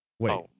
wait